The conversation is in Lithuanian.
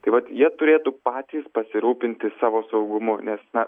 tai vat jie turėtų patys pasirūpinti savo saugumu nes na